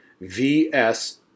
V-S